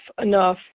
enough